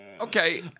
okay